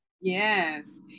Yes